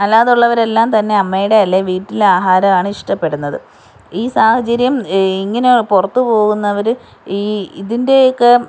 അല്ലാതുള്ളവർ എല്ലാം തന്നെ അമ്മയുടെ അല്ലേൽ വീട്ടിലെ ആഹാരമാണ് ഇഷ്ടപ്പെടുന്നത് ഈ സാഹചര്യം ഇങ്ങനെ പുറത്ത് പോകുന്നവർ ഈ ഇതിൻറ്റേക്കെ